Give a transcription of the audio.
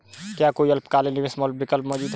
क्या कोई अल्पकालिक निवेश विकल्प मौजूद है?